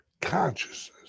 consciousness